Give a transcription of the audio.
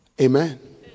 Amen